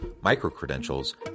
micro-credentials